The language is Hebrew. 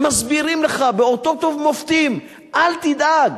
ומסבירים לך באותות ובמופתים: אל תדאג.